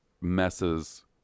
messes